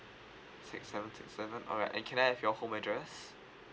six seven six seven alright and can I have your home address